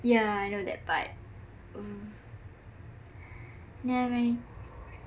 yah I know that part yah I mean